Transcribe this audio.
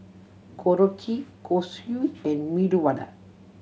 Korokke Kosui and Medu Vada